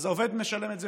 אז העובד משלם את זה.